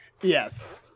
Yes